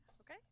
Okay